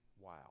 wow